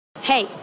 hey